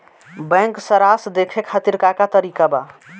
Bank सराश देखे खातिर का का तरीका बा?